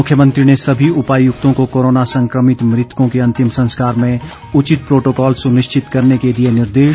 मुख्यमंत्री ने सभी उपायुक्तों को कोरोना संक्रमित मृतकों के अंतिम संस्कार में उचित प्रोटोकॉल सुनिश्चित करने के दिए निर्देश